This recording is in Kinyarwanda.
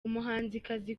umuhanzikazi